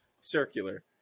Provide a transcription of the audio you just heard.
circular